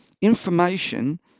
Information